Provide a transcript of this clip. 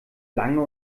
lange